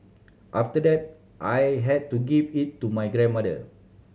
after that I had to give it to my grandmother